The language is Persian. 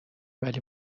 ولی